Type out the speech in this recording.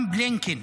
גם בלינקן.